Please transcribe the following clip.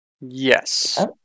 Yes